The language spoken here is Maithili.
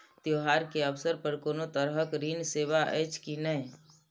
त्योहार के अवसर पर कोनो तरहक ऋण सेवा अछि कि नहिं?